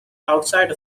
outside